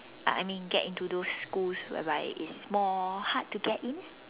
I I mean get into those schools whereby it's more hard to get in